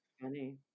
funny